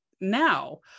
now